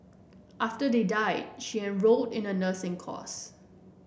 after they died she enrolled in the nursing course